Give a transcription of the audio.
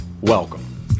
welcome